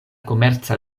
komerca